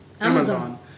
Amazon